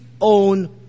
own